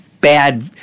bad